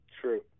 True